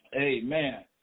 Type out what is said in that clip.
Amen